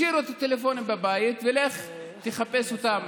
הם השאירו את הטלפונים בבית, ולך תחפש אותם